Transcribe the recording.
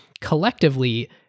collectively